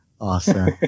Awesome